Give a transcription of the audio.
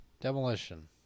Demolition